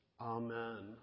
Amen